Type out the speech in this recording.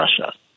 Russia